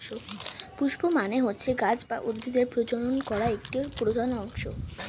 পুস্প মানে হচ্ছে গাছ বা উদ্ভিদের প্রজনন করা একটি প্রধান অংশ